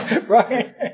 right